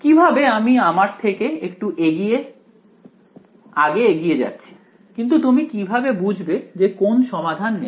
কিভাবে আমি আমার থেকে একটু আগে এগিয়ে যাচ্ছি কিন্তু তুমি কিভাবে বুঝবে যে কোন সমাধান নেবে